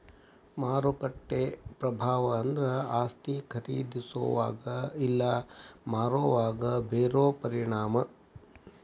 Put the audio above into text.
ಮಾರುಕಟ್ಟೆ ಪ್ರಭಾವ ಅಂದ್ರ ಆಸ್ತಿ ಖರೇದಿಸೋವಾಗ ಇಲ್ಲಾ ಮಾರೋವಾಗ ಬೇರೋ ಪರಿಣಾಮ